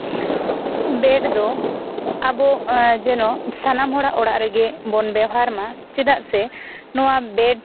bed ᱫᱚ ᱟᱵᱚ ᱡᱮᱱᱚ ᱥᱟᱱᱟᱢ ᱦᱚᱲᱟᱜ ᱚᱲᱟᱜ ᱨᱮᱜᱮᱵᱚᱱ ᱵᱮᱣᱦᱟᱨ ᱢᱟ ᱪᱮᱫᱟᱜ ᱥᱮ ᱱᱚᱣᱟ ᱵᱮᱰ